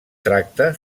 tracta